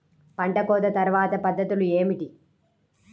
పంట కోత తర్వాత పద్ధతులు ఏమిటి?